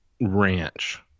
ranch